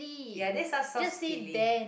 ya that sounds so silly